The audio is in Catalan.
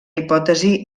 hipòtesi